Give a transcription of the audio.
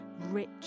rich